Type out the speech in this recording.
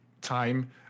time